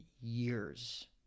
years